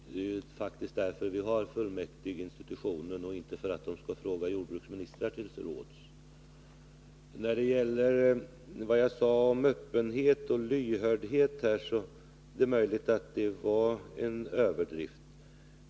Det är faktiskt därför vi har fullmäktigeinstitutionen och inte för att man skall fråga jordbruksministrar till råds. När det gäller det jag sade om öppenhet och lyhördhet är det möjligt att det var en överdrift.